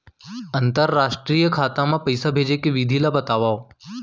अंतरराष्ट्रीय खाता मा पइसा भेजे के विधि ला बतावव?